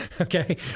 okay